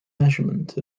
measurement